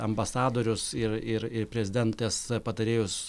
ambasadorius ir ir ir prezidentės patarėjus